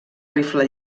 rifle